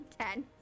Ten